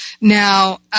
now